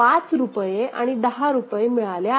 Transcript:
पाच रुपये आणि दहा रुपये मिळाले आहेत